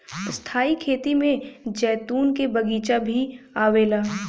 स्थाई खेती में जैतून के बगीचा भी आवेला